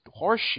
horseshit